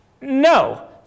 No